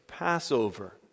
Passover